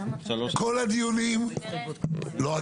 כל הדיונים,